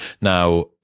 Now